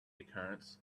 occurrence